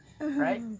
right